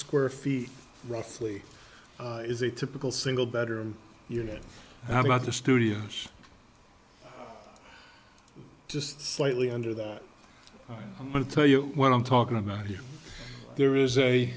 square feet roughly is a typical single better unit how about the studio just slightly under that i'm going to tell you what i'm talking about here there is a